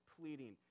pleading